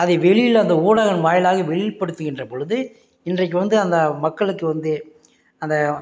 அதை வெளியில் அந்த ஊடகம் வாயிலாக வெளிப்படுத்துக்கின்றபொழுது இன்றைக்கு வந்து அந்த மக்களுக்கு வந்து அந்த